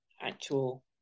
actual